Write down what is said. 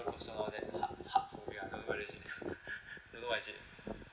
and also all that hard hard phobia don't know what is it don't know what is it